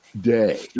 day